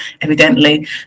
evidently